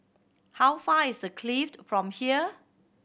how far is a Clift from here